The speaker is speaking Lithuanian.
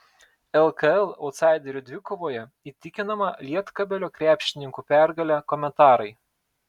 lkl autsaiderių dvikovoje įtikinama lietkabelio krepšininkų pergalė komentarai